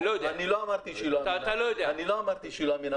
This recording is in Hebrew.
אני לא אמרתי שהיא לא אמינה.